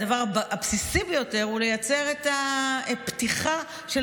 הדבר הבסיסי ביותר הוא לייצר פתיחה של